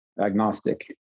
agnostic